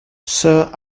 sir